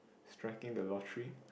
striking the lottery